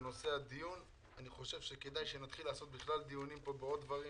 אני חושב שכדאי שנתחיל לקיים דיונים על עוד דברים,